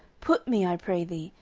put me, i pray thee,